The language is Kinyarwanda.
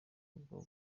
bwa